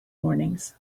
warnings